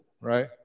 Right